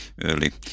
early